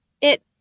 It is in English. It